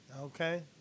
okay